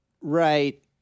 Right